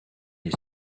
les